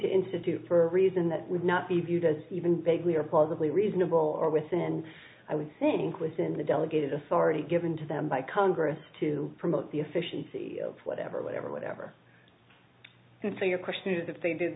to institute for a reason that would not be viewed as even vaguely or plausibly reasonable or within i would think within the delegated authority given to them by congress to promote the efficiency whatever whatever whatever and so your question is if they did